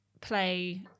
play